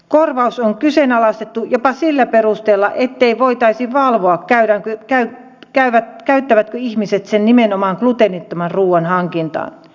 korvaus on kyseenalaistettu jopa sillä perusteella ettei voitaisi valvoa käyttävätkö ihmisen sen nimenomaan gluteenittoman ruuan hankintaan